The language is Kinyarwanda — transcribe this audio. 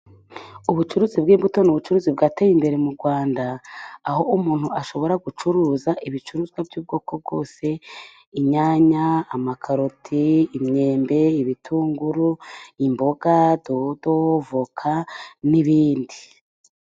Ubucuruzi bw'imbuto ni ubucuruzi bwateye imbere mu Rwanda, aho umuntu ashobora gucuruza ibicuruzwa by'ubwoko bwose. Inyanya, amakaroti, imyembe, ibitunguru, imboga, dodo, avoka n'ibindi.